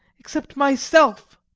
except myself.